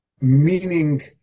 Meaning